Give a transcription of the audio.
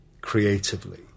creatively